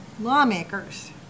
lawmakers